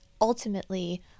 ultimately